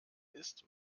ist